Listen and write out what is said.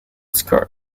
skirt